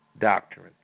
doctrine